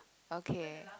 okay